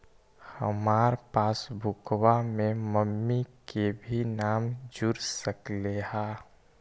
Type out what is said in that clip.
हमार पासबुकवा में मम्मी के भी नाम जुर सकलेहा?